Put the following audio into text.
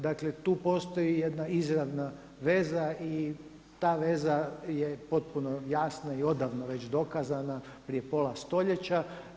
Dakle, tu postoji jedna izravna veza i ta veza je potpuno jasna i odavno već dokazana prije pola stoljeća.